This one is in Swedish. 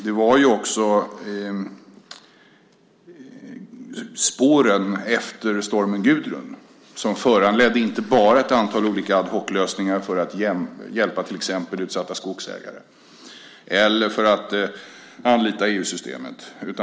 Det var spåren efter stormen Gudrun som föranledde ett antal olika ad hoc-lösningar för att hjälpa till exempel utsatta skogsägare eller för att anlita EU-systemet.